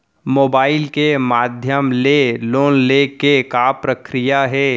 Mobile के माधयम ले लोन के का प्रक्रिया हे?